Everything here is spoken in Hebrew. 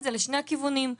בוקר טוב לכולם,